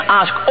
ask